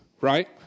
right